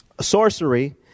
sorcery